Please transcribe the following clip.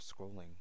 scrolling